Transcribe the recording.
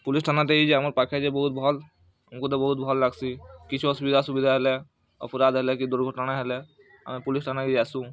police ଥାନା ଦେଇ ଯେ ଆମର୍ ପାଖେ ଯେ ବହୁତ ଭଲ୍ ଆମକୁ ତ ଭହୁତ ଭଲ୍ ଲାଗ୍ସି କିଛି ଅସୁବିଧା ସୁବିଧା ହେଲେ ଅପରାଧ ହେଲେ କି ଦୁର୍ଘଟଣା ହେଲେ ଆମେ ପୁଲିସ୍ ଥାନା କେ ଆସୁଁ